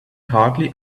hardly